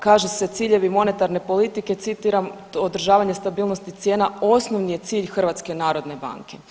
Kaže se ciljevi monetarne politike, citiram održavanje stabilnosti cijena osnovni je cilj HNB-a.